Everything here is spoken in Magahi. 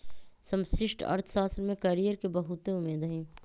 समष्टि अर्थशास्त्र में कैरियर के बहुते उम्मेद हइ